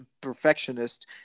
perfectionist